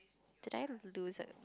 did I lose a